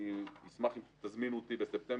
אני אשמח אם תזמינו אותי בספטמבר,